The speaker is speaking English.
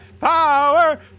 Power